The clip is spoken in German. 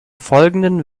folgenden